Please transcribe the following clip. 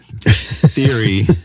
Theory